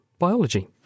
biology